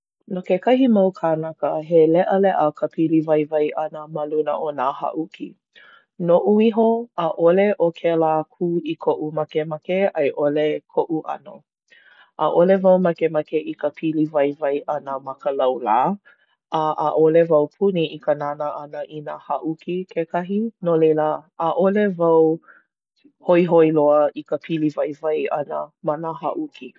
No kekahi mau kānaka, he leʻaleʻa ka piliwaiwai ʻana ma luna o nā haʻuki. Noʻu iho, ʻaʻole ʻo kēlā kū i koʻu makemake a i ʻole koʻu ʻano. ʻAʻole wau makemake i ka piliwaiwai ʻana ma ka laulā, a ʻaʻole wau puni i ka nānā ʻana i nā haʻuki kekahi, no laila ʻaʻole wau hoihoi loa i ka piliwaiwai ʻana ma nā haʻuki.